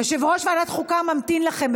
יושב-ראש ועדת החוקה ממתין לכם.